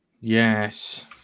Yes